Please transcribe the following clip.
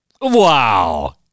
Wow